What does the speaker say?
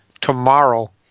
tomorrow